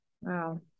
Wow